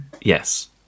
Yes